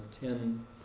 Ten